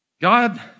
God